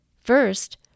First